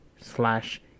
slash